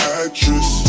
actress